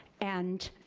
and